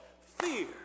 fear